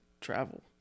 travel